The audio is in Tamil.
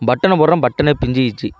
பட்டனை போடுறேன் பட்டனே பிஞ்சுகிச்சி